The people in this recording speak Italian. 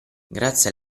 grazie